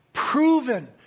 proven